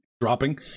dropping